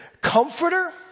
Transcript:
comforter